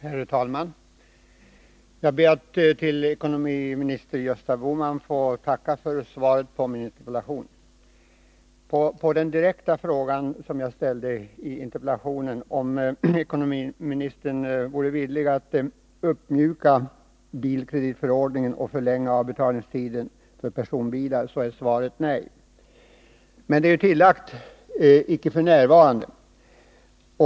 Herr talman! Jag ber att till ekonomiministern Gösta Bohman få framföra ett tack för svaret på min interpellation. Svaret på den direkta fråga som jag ställde i interpellationen, om ekonomiministern är villig att uppmjuka bilkreditförordningen och förlänga avbetalningstiden för personbilar, är nej — med tillägget ”f. n.”.